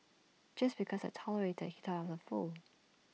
just because I tolerated he thought was A fool